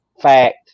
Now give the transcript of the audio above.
fact